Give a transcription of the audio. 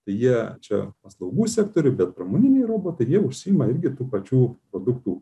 tai jie čia paslaugų sektoriuj bet pramoniniai robotai jiems užsiima irgi tų pačių produktų